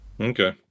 Okay